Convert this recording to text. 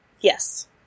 Yes